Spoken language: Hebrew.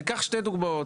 ניקח שתי דוגמאות.